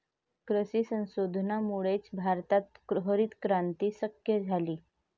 कृषी संशोधनामुळेच भारतात हरितक्रांती शक्य झाली